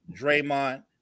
Draymond